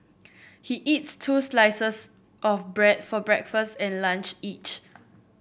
he eats two slices of bread for breakfast and lunch each